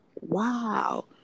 Wow